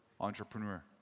entrepreneur